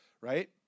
right